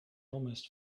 almost